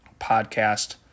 podcast